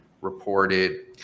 reported